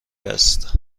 است